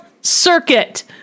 circuit